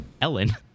Ellen